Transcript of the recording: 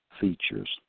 features